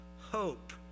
hope